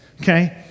okay